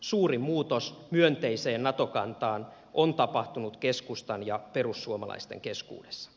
suurin muutos myönteiseen nato kantaan on tapahtunut keskustan ja perussuomalaisten keskuudessa